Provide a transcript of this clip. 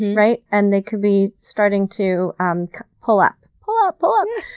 right? and they could be starting to um pull up. pull up! um